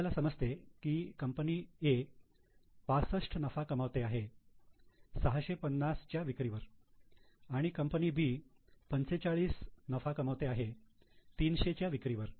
आपल्याला समजते की कंपनी A 65 नफा कमावत आहे 650 च्या विक्रीवर आणि कंपनी B 45 नफा कमावते आहे 300 च्या विक्रीवर